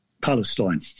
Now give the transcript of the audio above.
Palestine